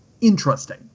interesting